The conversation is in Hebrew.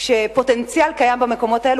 שפוטנציאל קיים במקומות האלה,